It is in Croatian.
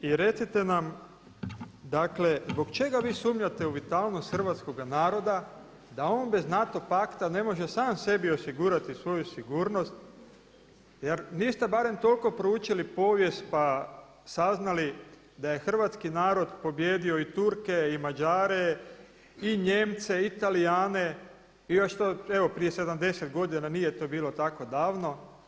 I recite nam dakle zbog čega vi sumnjate u vitalnost hrvatskoga naroda da on bez NATO pakta ne može sam sebi osigurati jer niste barem toliko proučili povijest pa saznali da je hrvatski narod pobijedio i Turke, i Mađare, i Nijemce, i Talijane i to još prije 70. godina, nije to bilo tako davno.